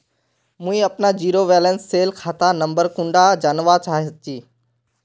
मुई अपना zero balance सेल खाता नंबर कुंडा जानवा चाहची?